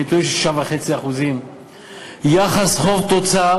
6.5%. יחס חוב תוצר,